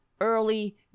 early